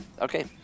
okay